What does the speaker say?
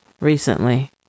Recently